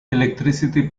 electricity